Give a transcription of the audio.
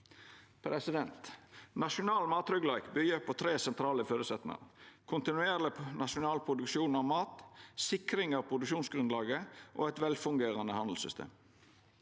Nasjonal mattryggleik byggjer på tre sentrale føresetnader: kontinuerleg nasjonal produksjon av mat, sikring av produksjonsgrunnlaget og eit velfungerande handelssystem.